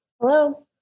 hello